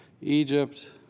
Egypt